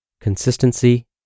Consistency